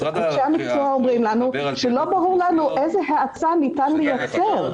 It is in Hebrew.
אנשי המקצוע אומרים לנו שלא ברור לנו איזו האצה ניתן לייצר,